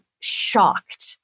shocked